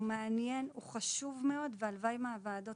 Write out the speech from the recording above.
הוא מעניין וחשוב מאוד והלוואי וייצא מהוועדות